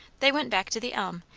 they went back to the elm,